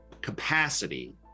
capacity